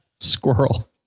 squirrel